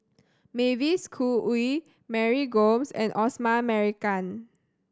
Mavis Khoo Oei Mary Gomes and Osman Merican